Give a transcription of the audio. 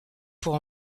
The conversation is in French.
pour